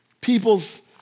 people's